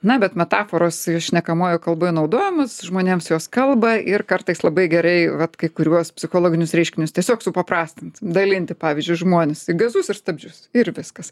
na bet metaforos šnekamojoj kalboje naudojamos žmonėms jos kalba ir kartais labai gerai vat kai kuriuos psichologinius reiškinius tiesiog supaprastint dalinti pavyzdžiui žmones į gazus ir stabdžius ir viskas